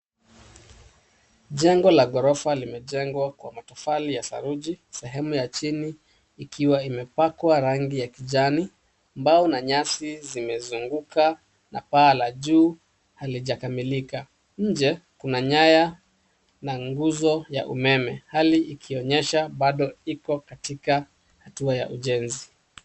Jengo la ghorofa limejengwa kwa matofali ya saruji sehemu ya chini ikiwa imepakwa rangi ya kijani. Mbao na nyasi zimezunguka na paa la juu halijakamilika. Nje, kuna nyaya na gunzo ya umeme. Hali ikionyesha bado iko katika hatua ya ujenzi.